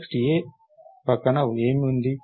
next A పక్కన ఏమి ఉంది